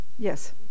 Yes